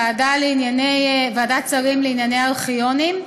ועדה שרים לענייני ארכיונים,